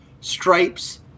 stripes